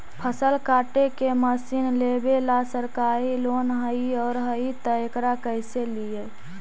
फसल काटे के मशीन लेबेला सरकारी लोन हई और हई त एकरा कैसे लियै?